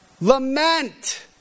Lament